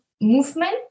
movement